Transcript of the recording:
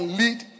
lead